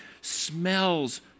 smells